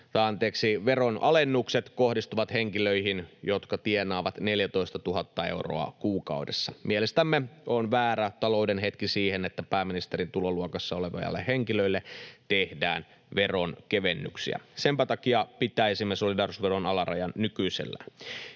veronalennukset kohdistuvat henkilöihin, jotka tienaavat 14 000 euroa kuukaudessa. Mielestämme on väärä talouden hetki siihen, että pääministerin tuloluokassa oleville henkilöille tehdään veronkevennyksiä. Senpä takia pitäisimme solidaarisuusveron alarajan nykyisellään.